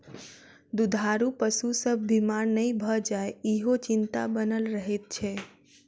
दूधारू पशु सभ बीमार नै भ जाय, ईहो चिंता बनल रहैत छै